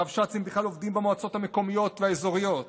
הרבש"צים בכלל עובדים במועצות המקומיות והאזוריות.